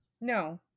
No